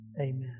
Amen